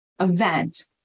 event